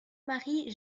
marie